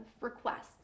requests